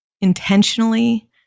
intentionally